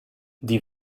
die